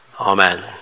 Amen